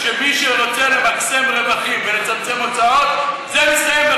שמי שרוצה למקסם רווחים ולצמצם הוצאות, זה מסתיים,